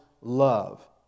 love